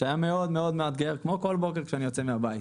שהיה מאוד מאוד מאתגר כמו כל בוקר כשאני יוצא מהבית.